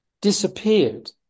disappeared